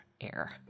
air